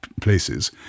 places